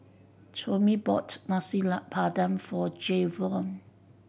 Tomie bought Nasi Padang for Jayvion